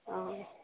অ